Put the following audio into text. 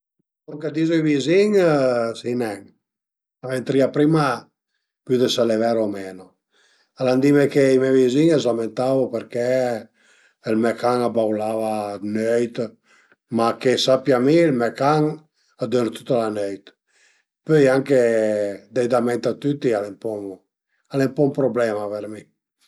A dipend lon che dëve lon che dëve instalé, dëve andé zura zura vëddi le aplicasiun ch'a i sun e serne lon che deve büté, dëve niente dëve discariela e fela fela instalé da to cellulare o to computer, cuand al e instalà dëve vëddi s'a funsiun-a o menu